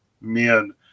men